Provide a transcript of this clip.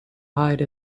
hide